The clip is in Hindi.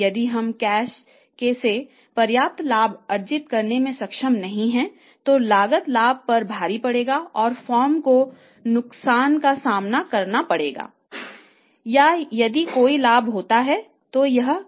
यदि हम कैश से पर्याप्त लाभ अर्जित करने में सक्षम नहीं हैं तो लागत लाभ पर भारी पड़ेगा और फर्म को नुकसान का सामना करना पड़ेगा या यदि कोई लाभ होता है तो यह कम हो जाएगा